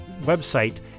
website